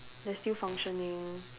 they're still functioning